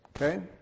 Okay